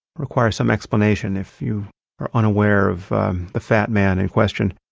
requires some explanation if you are unaware of the fat man in question.